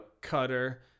cutter